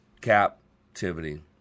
captivity